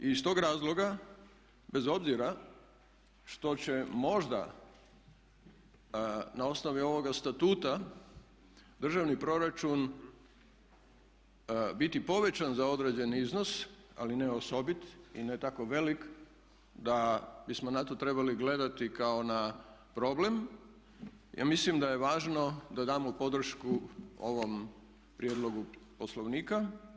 I iz tog razloga bez obzira što će možda na osnovi ovoga statuta državni proračun biti povećan za određeni iznos ali ne osobit i ne tako velik da bismo na to trebali gledati kao na problem, ja mislim da je važno da damo podršku ovom prijedlogu poslovnika.